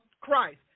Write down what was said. Christ